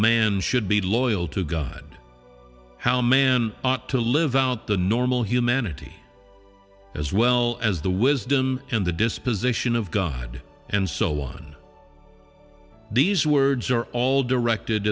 man should be loyal to god how man ought to live out the normal humanity as well as the wisdom in the disposition of god and so on these words are all directed